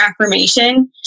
affirmation